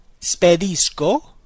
SPEDISCO